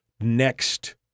next